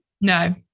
No